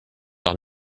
doch